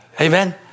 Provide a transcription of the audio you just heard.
Amen